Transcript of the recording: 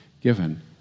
given